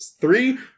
Three